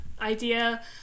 idea